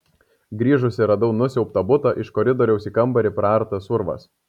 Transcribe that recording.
grįžusi radau nusiaubtą butą iš koridoriaus į kambarį praartas urvas